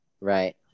Right